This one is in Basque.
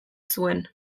zuen